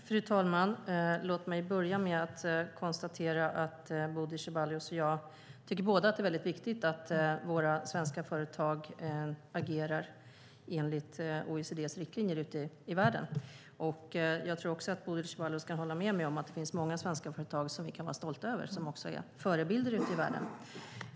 Fru talman! Låt mig börja med att konstatera att både Bodil Ceballos och jag tycker att det är väldigt viktigt att våra svenska företag agerar enligt OECD:s riktlinjer ute i världen. Jag tror också att Bodil Ceballos kan hålla med mig om att det finns många svenska företag som vi kan vara stolta över och som är förebilder ute i världen.